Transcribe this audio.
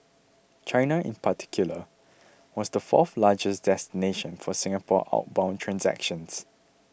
China in particular was the fourth largest destination for Singapore outbound transactions